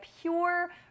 pure